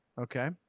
Okay